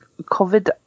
COVID